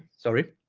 sorry